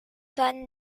van